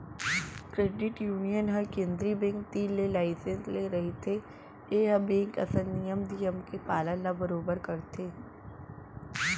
credit union ह केंद्रीय bank तीर ले लाइसेंस ले रहिथे ए ह बेंक असन नियम धियम के पालन ल बरोबर करथे